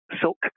Silk